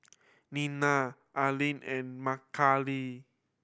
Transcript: Nena Arlin and Makaila